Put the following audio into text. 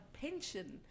pension